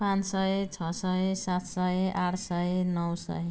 पाँच सय छ सय सात सय आठ सय नौ सय